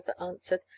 answered